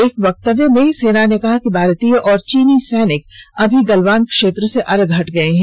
एक वक्तव्य में सेना ने कहा कि भारतीय और चीनी सैनिक अभी गलवान क्षेत्र में अलग हट गए हैं